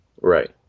right